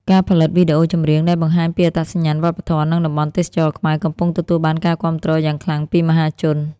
ការផលិតវីដេអូចម្រៀងដែលបង្ហាញពីអត្តសញ្ញាណវប្បធម៌ និងតំបន់ទេសចរណ៍ខ្មែរ កំពុងទទួលបានការគាំទ្រយ៉ាងខ្លាំងពីមហាជន។